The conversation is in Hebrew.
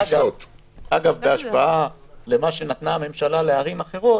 אגב בהשוואה למה שנתנה הממשלה לערים אחרות